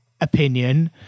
opinion